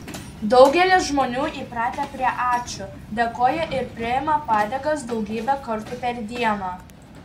daugelis žmonių įpratę prie ačiū dėkoja ir priima padėkas daugybę kartų per dieną